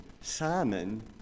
Simon